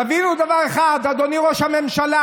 תבינו דבר אחד: אדוני ראש הממשלה,